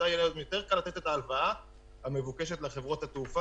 את ההלוואה המבוקשת לחברות התעופה